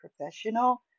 professional